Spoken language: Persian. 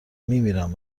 میمیرم